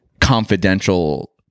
Confidential